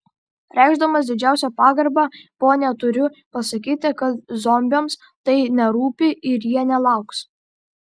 reikšdamas didžiausią pagarbą ponia turiu pasakyti kad zombiams tai nerūpi ir jie nelauks